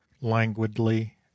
languidly